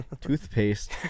Toothpaste